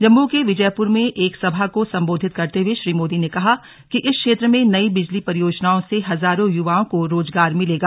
जम्मू के विजयपुर में एक सभा को संबोधित करते हुए श्री मोदी ने कहा कि इस क्षेत्र में नई बिजली परियोजनाओं से हजारों युवाओं को रोजगार मिलेगा